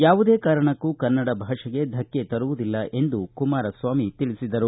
ಯಾವುದೇ ಕಾರಣಕ್ಕೂ ಕನ್ನಡ ಭಾಷೆಗೆ ಧಕ್ಕೆ ತರುವುದಿಲ್ಲ ಎಂದು ಕುಮಾರಸ್ವಾಮಿ ತಿಳಿಸಿದರು